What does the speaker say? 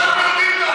סליחה,